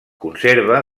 conserva